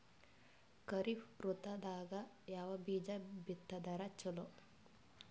ಖರೀಫ್ ಋತದಾಗ ಯಾವ ಬೀಜ ಬಿತ್ತದರ ಚಲೋ?